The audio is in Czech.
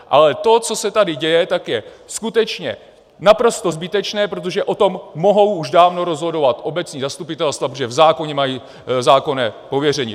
Ale to, co se tady děje, je skutečně naprosto zbytečné, protože o tom mohou už dávno rozhodovat obecní zastupitelstva, protože v zákoně mají zákonné pověření.